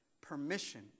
permission